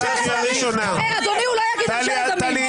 אגב,